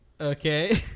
Okay